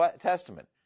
Testament